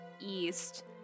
east